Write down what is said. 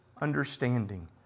understanding